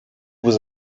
was